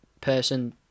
person